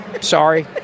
Sorry